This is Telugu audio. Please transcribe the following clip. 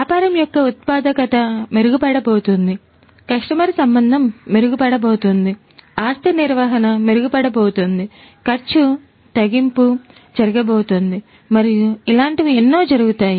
వ్యాపారం యొక్క ఉత్పాదకత మెరుగుపడబోతోంది కస్టమర్ సంబంధం మెరుగుపడబోతోంది ఆస్తి నిర్వహణ మెరుగుపడబోతోంది ఖర్చు తగ్గింపు జరగబోతోంది మరియు ఇలాంటివి ఎన్నో జరుగుతాయి